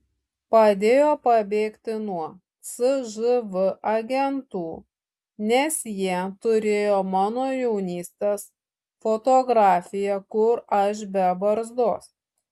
padėjo pabėgti nuo cžv agentų nes jie turėjo mano jaunystės fotografiją kur aš be barzdos